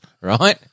right